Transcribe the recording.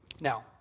now